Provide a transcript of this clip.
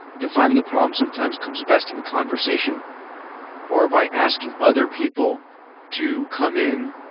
defining a problem sometimes comes best in conversation or by asking other people to come in,